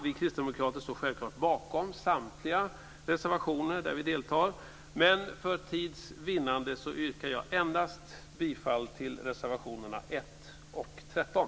Vi kristdemokrater står självfallet bakom samtliga reservationer där vi deltar, men för tids vinnande yrkar jag endast bifall till reservationerna 1 och 13.